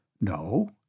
No